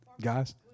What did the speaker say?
Guys